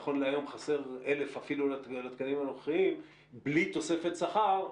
נכון להיום חסרים 1,000 לתקנים הנוכחיים ובלי תוספת שכר,